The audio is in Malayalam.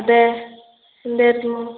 അതേ എന്തായിരുന്നു